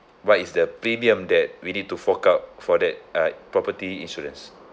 what is the premium that we need to fork out for that uh property insurance